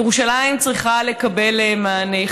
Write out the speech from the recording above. ירושלים צריכה לקבל מענה.